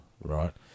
Right